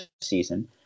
season